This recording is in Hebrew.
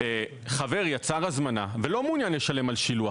חבר יצר הזמנה ולא רוצה לשלם על שילוח